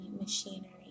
machinery